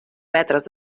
metres